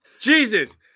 Jesus